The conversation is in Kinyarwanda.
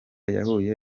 yahuye